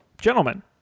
Gentlemen